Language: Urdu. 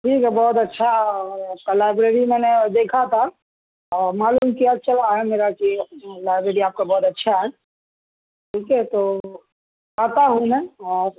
ٹھیک ہے بہت اچھا آپ کا لائبریری میں نے دیکھا تھا اور معلوم کیا چلا ہے میرا کہ لائبریری آپ کا بہت اچھا ہے ٹھیک ہے تو آتا ہوں میں اور